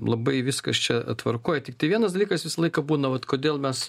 labai viskas čia tvarkoj tiktai vienas dalykas visą laiką būna vat kodėl mes